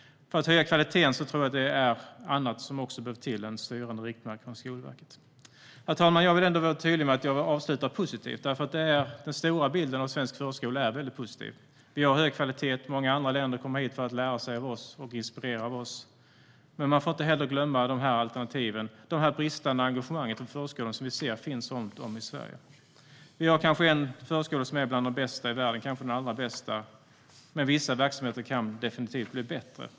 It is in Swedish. För att höja kvaliteten tror jag att det också är annat som behöver komma till än styrande riktmärken från Skolverket. Herr talman! Jag vill vara tydlig med att jag avslutar positivt. Den stora bilden av svensk förskola är positiv. Vi har hög kvalitet. Många andra länder kommer hit för att lära sig av oss och bli inspirerade av oss. Men man får inte glömma alternativen och det bristande engagemang i förskolan som vi ser finns runt om i Sverige. Vi har en förskola som är bland de bästa i världen - kanske den allra bästa. Men vissa verksamheter kan definitivt bli bättre.